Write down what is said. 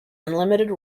unlimited